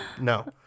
no